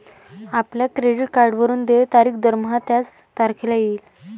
आपल्या क्रेडिट कार्डवरून देय तारीख दरमहा त्याच तारखेला येईल